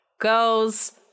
girls